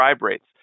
rates